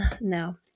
No